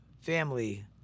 family